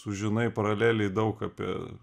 sužinai paraleliai daug apie